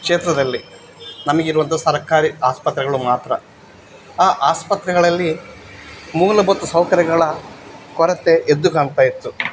ಕ್ಷೇತ್ರದಲ್ಲಿ ನಮಗಿರುವಂತಹ ಸರಕಾರಿ ಆಸ್ಪತ್ರೆಗಳು ಮಾತ್ರ ಆ ಆಸ್ಪತ್ರೆಗಳಲ್ಲಿ ಮೂಲಭೂತ ಸೌಕರ್ಯಗಳ ಕೊರತೆ ಎದ್ದು ಕಾಣ್ತಾಯಿತ್ತು